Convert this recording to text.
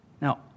Now